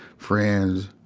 friends.